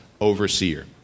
overseer